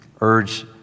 urge